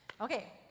Okay